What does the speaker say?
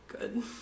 good